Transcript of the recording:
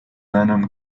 venom